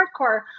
Hardcore